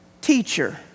teacher